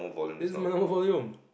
this is my normal volume